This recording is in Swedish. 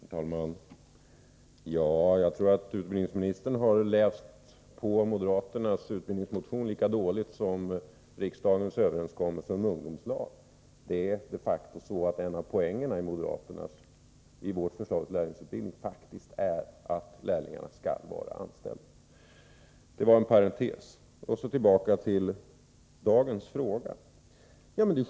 Herr talman! Jag tror att utbildningsministern läst på moderaternas utbildningsmotion lika dåligt som riksdagens överenskommelse om ungdomslag. Det är de facto en av poängerna i vårt förslag till lärlingsutbildning att lärlingarna skall vara anställda. Detta var en parentes. Så tillbaka till dagens fråga.